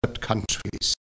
countries